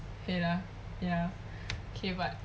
okay lah ya K but